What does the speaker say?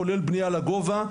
כולל בנייה לגובה.